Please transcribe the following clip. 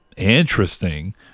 interesting